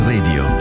Radio